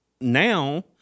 now